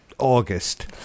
august